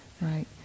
Right